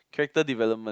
character development